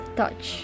touch